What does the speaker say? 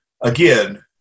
again